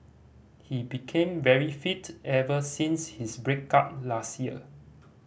he became very fit ever since his break up last year